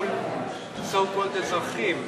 מול so called אזרחים?